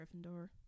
Gryffindor